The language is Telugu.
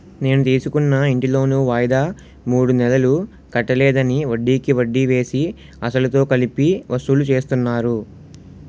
నేను తీసుకున్న ఇంటి లోను వాయిదా మూడు నెలలు కట్టలేదని, వడ్డికి వడ్డీ వేసి, అసలుతో కలిపి వసూలు చేస్తున్నారు